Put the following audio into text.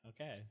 Okay